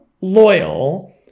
loyal